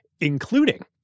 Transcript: including